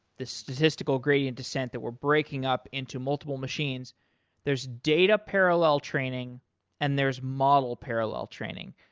the statistical gradient descent that we're breaking up into multiple machines there's data parallel training and there's model parallel training.